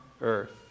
earth